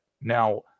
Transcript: Now